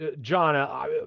John